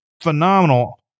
phenomenal